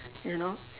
you know